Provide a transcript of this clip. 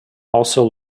also